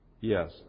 Yes